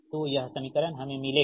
तो यह समीकरण हमें मिलेगा